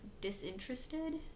disinterested